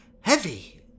heavy